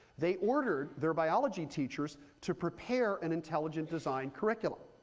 they ordered their biology teachers to prepare an intelligent design curriculum.